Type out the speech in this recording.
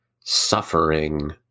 suffering